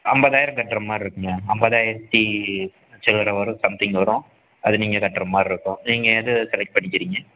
ஐம்பதாயிரம் கட்டுற மாதிரி இருக்கும்ங்க ஐம்பதாயிரத்தி சில்லறை வரும் சம்திங் வரும் அது நீங்கள் கட்டுற மாதிரி இருக்கும் நீங்கள் எது செலெக்ட் பண்ணிக்கிறீங்க